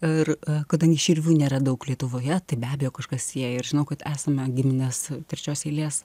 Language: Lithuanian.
ar kadangi širvių nėra daug lietuvoje tai be abejo kažkas sieja ir žinau kad esame giminės trečios eilės